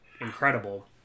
Incredible